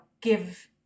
give